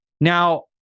Now